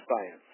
science